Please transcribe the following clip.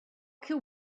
kill